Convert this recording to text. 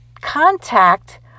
contact